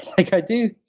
like i do.